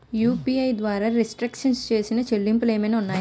UPI ద్వారా restrict చేసిన చెల్లింపులు ఏమైనా ఉన్నాయా?